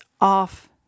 off